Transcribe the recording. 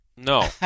No